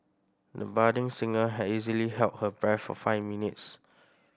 the budding singer easily held her breath for five minutes